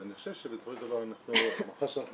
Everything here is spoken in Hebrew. אז אני חושב שבסופו של דבר אני חושב שאנחנו